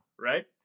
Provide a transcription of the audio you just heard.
right